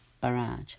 barrage